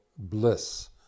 Bliss